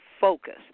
focus